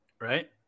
Right